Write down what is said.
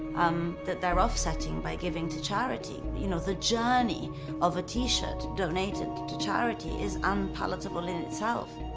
um, that they're offsetting by giving to charity. you know, the journey of a t-shirt donated to charity is unpalatable in itself.